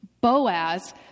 Boaz